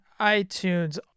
iTunes